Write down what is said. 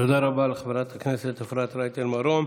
תודה רבה לחברת הכנסת אפרת רייטן מרום.